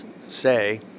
say